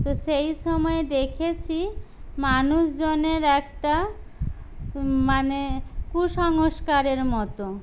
তো সেই সময় দেখেছি মানুষজনের একটা মানে কুসংস্কারের মতো